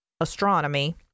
astronomy